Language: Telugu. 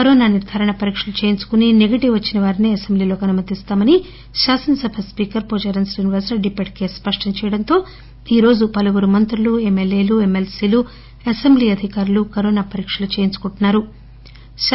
కరోనా నిర్గారణ పరీక్షలు చేయించుకుని నెగెటివ్ వచ్చినవారినే అసెంబ్లీలోకి అనుమతిస్తామని శాసనసభ స్పీకర్ పోచారం శ్రీనివాస్రెడ్డి ఇప్పటికే స్పష్టం చేయడం తో ఈ రోజు పలువురు మంత్రులు ఎమ్మెల్యేలు ఎమ్మెల్సీలు అసెంబ్లీ అధికారులు కరోనా పరీక్షలు చేయించుకుంటున్సారు